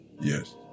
Yes